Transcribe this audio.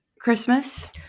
Christmas